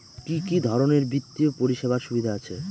কি কি ধরনের বিত্তীয় পরিষেবার সুবিধা আছে?